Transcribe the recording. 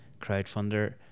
crowdfunder